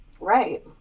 Right